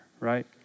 right